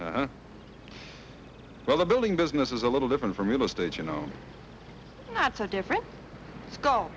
mister well the building business is a little different from real estate you know that's a different col